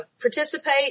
participate